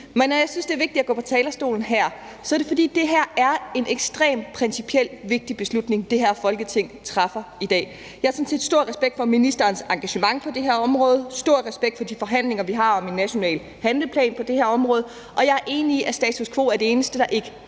Når jeg synes, at det er vigtigt at gå på talerstolen, er det, fordi det her er en ekstremt principiel, vigtig beslutning, som det her Folketing træffer i dag. Jeg har sådan set stor respekt for ministerens engagement på det her område og stor respekt for de forhandlinger, vi har om en national handleplan på det her område, og jeg er enig i, at status quo er det eneste, der ikke